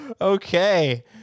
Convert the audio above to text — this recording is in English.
Okay